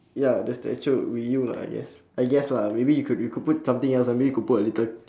ya the statue would be you lah I guess I guess lah maybe you could you could put something else maybe you could put a little